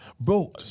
Bro